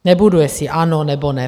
Nebudu, jestli ano nebo ne.